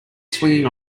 swinging